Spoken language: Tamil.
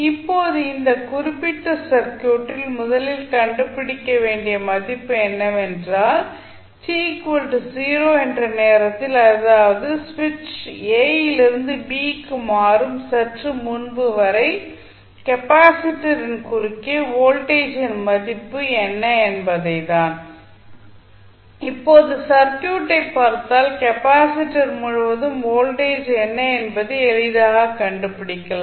இப்போது இந்த குறிப்பிட்ட சர்க்யூட்டில் முதலில் கண்டுபிடிக்க வேண்டிய மதிப்பு என்னவென்றால் t 0 என்ற நேரத்தில் அதாவது சுவிட்ச் a யிலிருந்து b க்கு மாறும் சற்று முன்பு வரை கெப்பாசிட்டரின் குறுக்கே வோல்டேஜின் மதிப்பு என்ன என்பதை தான் இப்போது சர்க்யூட்டை பார்த்தால் கெப்பாசிட்டர் முழுவதும் வோல்டேஜ் என்ன என்பதை எளிதாகக் கண்டுபிடிக்கலாம்